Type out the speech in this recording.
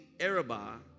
Arabah